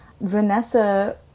Vanessa